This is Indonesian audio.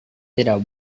tidak